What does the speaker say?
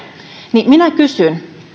minä kysyn ja